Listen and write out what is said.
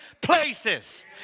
places